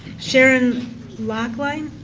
sharon lochlin?